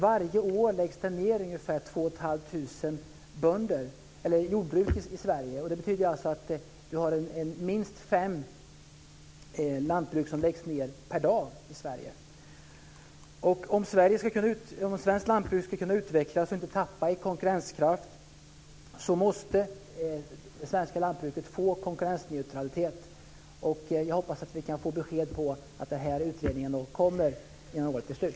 Varje år läggs det ned ungefär 2 500 jordbruk i Sverige. Det betyder alltså att minst fem lantbruk läggs ned per dag i Sverige. Om svenskt lantbruk ska kunna utvecklas och inte tappa i konkurrenskraft måste det svenska lantbruket få konkurrensneutralitet. Jag hoppas att vi kan få besked om att den här utredningen kommer innan året är slut.